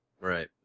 Right